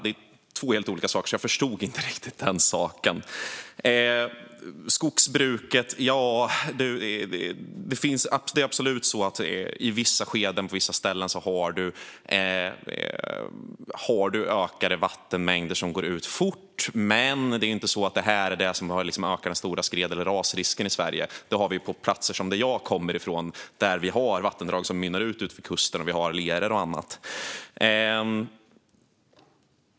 Det här är två helt olika saker, så jag förstod inte riktigt den saken. Det är absolut så när det gäller skogsbruket att man i vissa skeden och på vissa ställen har ökade vattenmängder som går ut fort. Men det är inte detta som ökar den stora skred eller rasrisken i Sverige. Det har vi på platser som den jag kommer ifrån, där vi har vattendrag som mynnar ut vid kusten, leror och annat.